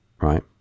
right